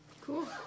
Cool